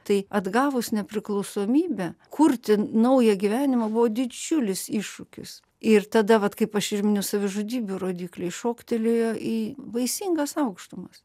tai atgavus nepriklausomybę kurti naują gyvenimą buvo didžiulis iššūkis ir tada vat kaip aš ir miniu savižudybių rodikliai šoktelėjo į baisingas aukštumas